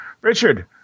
Richard